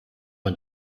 man